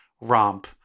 romp